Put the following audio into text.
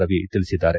ರವಿ ತಿಳಿಸಿದ್ದಾರೆ